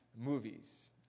movies